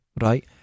Right